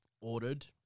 ordered